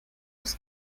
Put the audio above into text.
was